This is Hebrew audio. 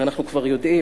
הרי אנחנו כבר יודעים,